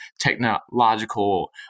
technological